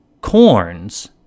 corns